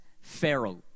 feral